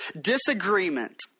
disagreement